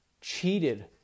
cheated